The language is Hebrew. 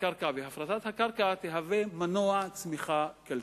יהוו מנוע צמיחה כלכלי.